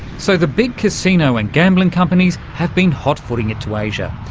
so the big casino and gambling companies have been hot-footing it to asia,